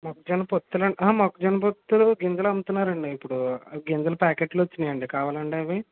మొక్కజొన్న పొత్తుల మొక్కజొన్న పొత్తులు గింజలు అమ్ముతున్నారు అండి ఇప్పుడు ఆ గింజల ప్యాకెట్లు వచ్చాయి అండి కావాలా అండి అవి